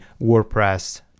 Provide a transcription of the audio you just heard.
WordPress